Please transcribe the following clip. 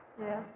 Yes